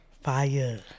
Fire